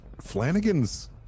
Flanagan's